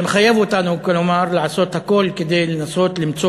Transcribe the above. זה מחייב אותנו לעשות הכול כדי לנסות למצוא